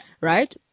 right